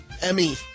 Emmy